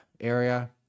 area